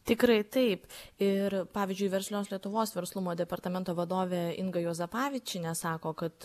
tikrai taip ir pavyzdžiui verslios lietuvos verslumo departamento vadovė inga juozapavičienė sako kad